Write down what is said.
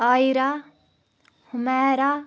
Aira Humaira